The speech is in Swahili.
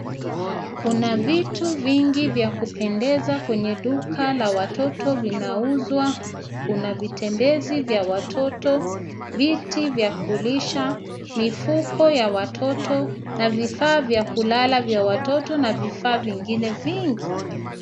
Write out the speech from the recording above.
Kuna vitu vingi vya kupendeza kwenye duka la watoto vinauzwa, kuna vitembezi vya watoto, viti vya kulisha, mifuko ya watoto na vifaa vya kulala vya watoto na vifaa vingine vingi.